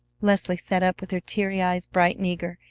leslie sat up with her teary eyes bright and eager,